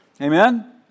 Amen